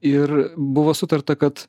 ir buvo sutarta kad